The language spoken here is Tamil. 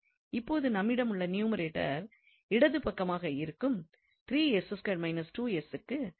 இப்போது நம்மிடம் உள்ள நியூமரேட்டர் இடது பக்கமாக இருக்கும் க்கு சமமாக இருக்க வேண்டும்